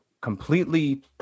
completely